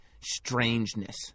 strangeness